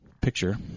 picture